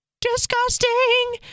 disgusting